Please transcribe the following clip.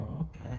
okay